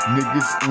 Niggas